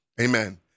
amen